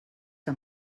que